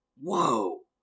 whoa